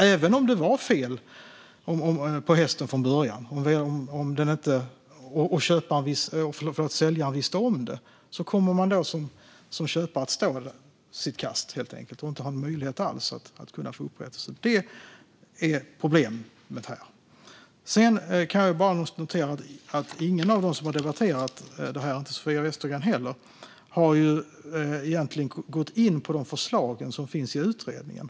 Även om det var fel på hästen från början och säljaren visste om det kommer man som köpare att få stå sitt kast, helt enkelt, utan möjlighet alls att få upprättelse. Det är det som är problemet här. Sedan kan jag bara notera att ingen av dem som har debatterat detta - inte heller Sofia Westergren - egentligen har gått in på de förslag som finns i utredningen.